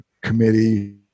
committee